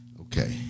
Okay